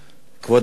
כבוד השר,